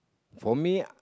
for me